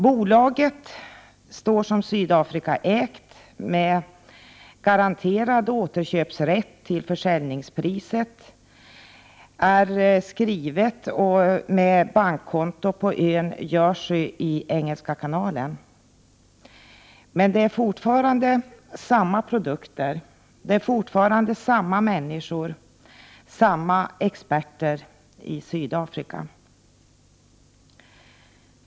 Bolaget står som Sydafrikaägt med garanterad återköpsrätt till försäljningspriset, är skrivet och har bankkonto på ön Jersey i Engelska kanalen. Men det är fortfarande samma produkter, samma människor och samma experter i Sydafrika.